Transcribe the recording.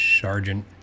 Sergeant